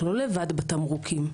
אנחנו לא לבד בתמרוקים.